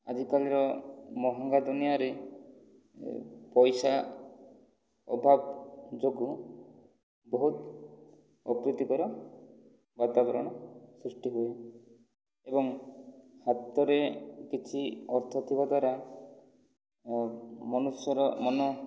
ଆଜିକାଲିର ମହଙ୍ଗା ଦୁନିଆରେ ପଇସା ଅଭାବ ଯୋଗୁଁ ବହୁତ ଅକୃତିକର ବାତାବରଣ ସୃଷ୍ଟି ହୁଏ ଏବଂ ହାତରେ କିଛି ଅର୍ଥ ଥିବା ଦ୍ଵାରା ମନୁଷ୍ୟର ମନ